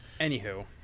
anywho